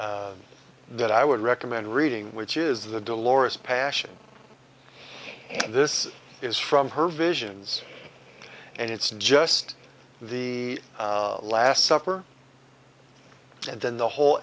that i would recommend reading which is the dolores passion this is from her visions and it's just the last supper and then the whole